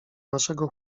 naszego